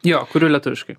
jo kuriu lietuviškai